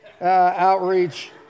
outreach